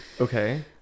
Okay